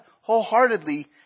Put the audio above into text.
wholeheartedly